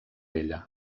ella